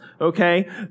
okay